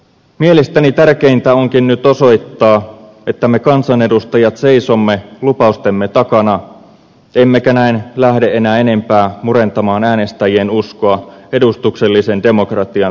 mielestäni tärkeintä onkin nyt osoittaa että me kansanedustajat seisomme lupaustemme takana emmekä näin lähde enää enempää murentamaan äänestäjien uskoa edustuksellisen demokratian toimivuutta kohtaan